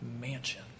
mansion